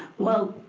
well,